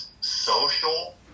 social